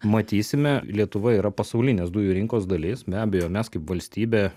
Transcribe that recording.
matysime lietuva yra pasaulinės dujų rinkos dalis be abejo mes kaip valstybė